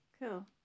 cool